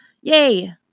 yay